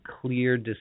clear